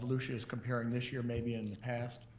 volusia is comparing this year maybe in the past?